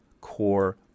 core